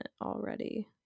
already